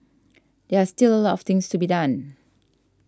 there are still a lot of things to be done